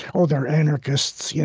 oh, they're anarchists. yeah